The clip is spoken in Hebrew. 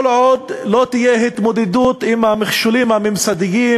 עוד לא תהיה התמודדות עם המכשולים הממסדיים,